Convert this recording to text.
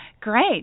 Great